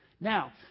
Now